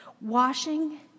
Washing